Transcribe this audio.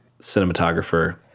cinematographer